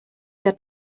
der